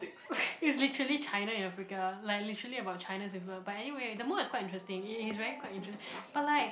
it's literally China and Africa like literally about China's influence but anyway the mod is quite interesting it is really quite interesting but like